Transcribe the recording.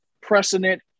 precedent